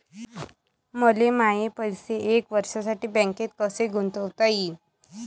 मले माये पैसे एक वर्षासाठी बँकेत कसे गुंतवता येईन?